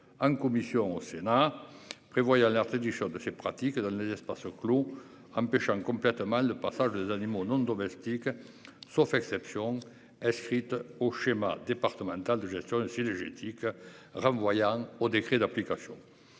en commission au Sénat prévoit alerter du choc de ces pratiques dans les espaces clos empêchant complètement le passage des animaux non domestiques sauf exception inscrite au schéma départemental de gestion cynégétique renvoyant au décret d'application.